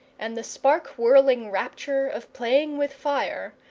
and the spark-whirling rapture of playing with fire,